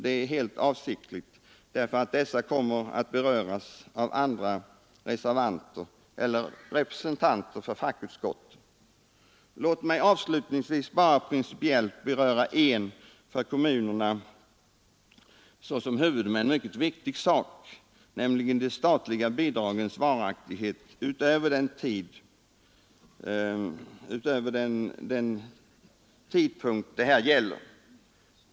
Det är helt avsiktligt, därför att dessa kommer att beröras av andra reservanter eller representanter för fackutskott. Låt mig avslutningsvis bara principiellt beröra en för kommunerna såsom huvudmän mycket viktig sak, nämligen de statliga bidragens varaktighet utöver den tidpunkt det här gäller.